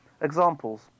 Examples